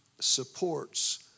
supports